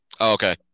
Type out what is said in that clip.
Okay